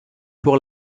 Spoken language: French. pour